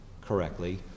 correctly